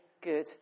good